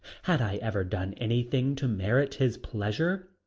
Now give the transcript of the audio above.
had i ever done anything to merit his pleasure?